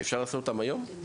אפשר לעשות אותם היום?